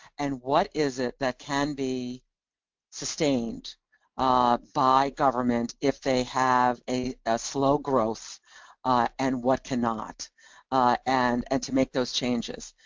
and what is it that can be sustained by government if they have a ah slow growth and what cannot and and to make those changes.